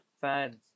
fans